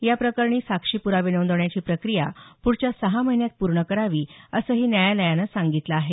या प्रकरणी साक्षी पुरावे नोंदवण्याची प्रक्रिया पुढच्या सहा महिन्यात पूर्ण करावी असंही न्यायालयानं सांगितलं आहे